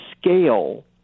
scale